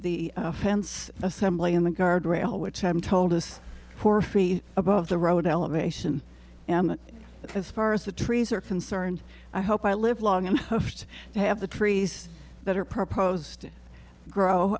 the fence assembly in the guardrail which i'm told is poor free above the road elevation and as far as the trees are concerned i hope i live long enough to have the trees that are proposed